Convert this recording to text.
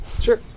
Sure